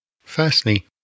Firstly